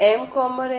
Bmnmnmn